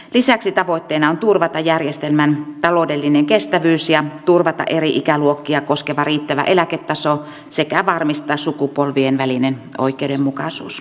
lisäksi tavoitteena on turvata järjestelmän taloudellinen kestävyys ja turvata eri ikäluokkia koskeva riittävä eläketaso sekä varmistaa sukupolvien välinen oikeudenmukaisuus